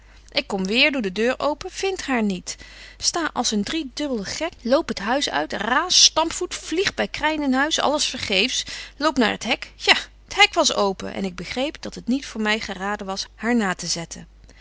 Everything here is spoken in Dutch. ik kom weêr doe de deur open vind haar niet sta als een driedubbelde gek loop het huis uit raas stampvoet vlieg by kryn in huis alles vergeefsch loop naar t hek ja t hek was open en ik begreep dat het niet voor my geraden was haar na te zetten